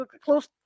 close